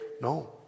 no